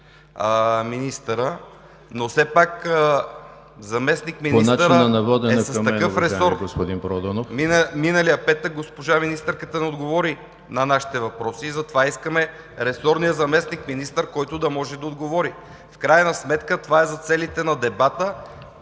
Миналия петък госпожа министърката не отговори на нашите въпроси и затова искаме ресорния заместник-министър, който да може да отговори. В крайна сметка това е за целите на дебата